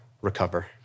recover